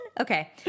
Okay